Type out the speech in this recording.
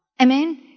Amen